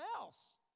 else